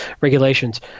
regulations